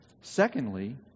secondly